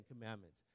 commandments